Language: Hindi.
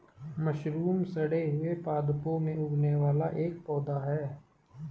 मशरूम सड़े हुए पादपों में उगने वाला एक पौधा है